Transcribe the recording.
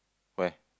where